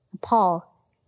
Paul